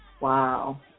Wow